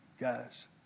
guys